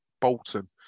Bolton